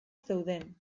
zeuden